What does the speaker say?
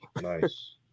nice